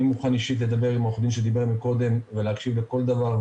אני מוכן אישית לדבר עם עורך הדין שדיבר קודם ולהקשיב לכל דבר,